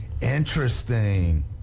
Interesting